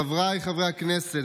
חבריי חברי הכנסת,